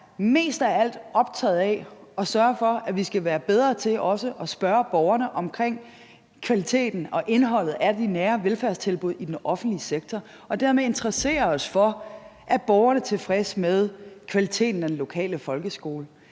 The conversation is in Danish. mest af alt er optaget af at sørge for, at vi skal være bedre til at spørge borgerne om kvaliteten og indholdet af de nære velfærdstilbud i den offentlige sektor og dermed interessere os for: Er borgerne tilfredse med kvaliteten af den lokale folkeskole?